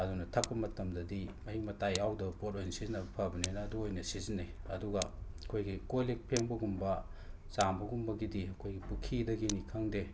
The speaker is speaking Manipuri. ꯑꯗꯨꯅ ꯊꯛꯄ ꯃꯇꯝꯗꯗꯤ ꯃꯍꯤꯛ ꯃꯇꯥꯏ ꯌꯥꯎꯗꯕ ꯄꯣꯠ ꯑꯣꯏꯅ ꯁꯤꯖꯤꯅꯕ ꯐꯕꯅꯤꯅ ꯑꯗꯨ ꯑꯣꯏꯅ ꯁꯤꯖꯤꯅꯩ ꯑꯗꯨꯒ ꯑꯩꯈꯣꯏꯒꯤ ꯀꯣ ꯂꯤꯛ ꯐꯦꯡꯕꯒꯨꯝꯕ ꯆꯥꯝꯕ ꯒꯨꯝꯕꯒꯤꯗꯤ ꯑꯩꯈꯣꯏꯒꯤ ꯄꯨꯈꯤꯗꯒꯤꯅꯤ ꯈꯪꯗꯦ